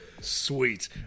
Sweet